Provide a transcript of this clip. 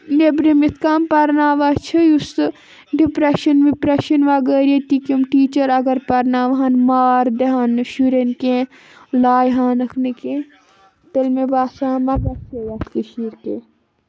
نیٚبرِم یِتھ کَن پرناوان چھِ یُس سُہ ڈِپرٛٮ۪شَن وِپرٛٮ۪شَن وَغٲر ییٚتِکۍ یِم ٹیٖچَر اگر پَرناوہَن مار دِہَن نہٕ شُرٮ۪ن کیٚنہ لایہِ ہانَکھ نہٕ کیٚنہہ تیٚلہِ مےٚ باسان ما گژھِ ہے یَتھ کٔشیٖر کیٚنہہ